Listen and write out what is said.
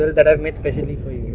that i've made especially